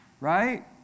Right